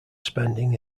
spending